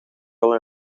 wel